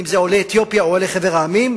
אם עולי אתיופיה או עולי חבר המדינות,